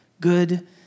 good